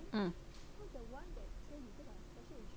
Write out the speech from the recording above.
mm